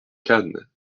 cannes